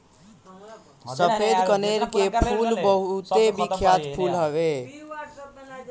सफ़ेद कनेर के फूल बहुते बिख्यात फूल हवे